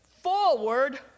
Forward